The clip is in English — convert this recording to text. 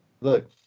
look